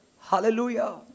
Hallelujah